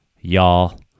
y'all